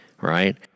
Right